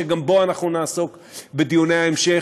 שגם בו אנחנו נעסוק בדיוני ההמשך,